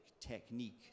technique